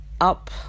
up